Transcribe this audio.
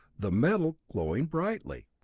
the metal glowing brightly.